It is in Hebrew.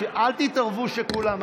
אל תתערבו כולם.